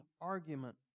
argument